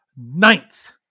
Ninth